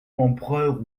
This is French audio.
empereur